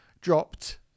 dropped